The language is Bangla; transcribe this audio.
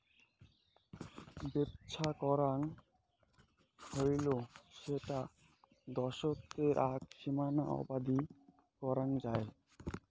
বেপছা করাং হৈলে সেটা দ্যাশোতের আক সীমানা অবদি করাং যাই